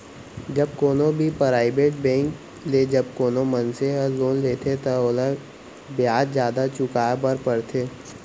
जब कोनो भी पराइबेट बेंक ले जब कोनो मनसे ह लोन लेथे त ओला बियाज जादा चुकाय बर परथे